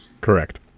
Correct